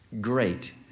Great